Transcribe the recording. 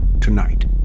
tonight